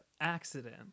accident